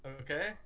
Okay